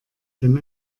denn